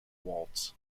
waltz